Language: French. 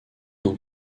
dans